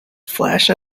flash